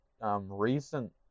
Recent